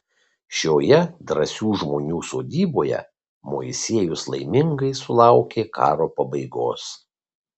šioje drąsių žmonių sodyboje moisiejus laimingai sulaukė karo pabaigos